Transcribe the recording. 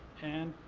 and,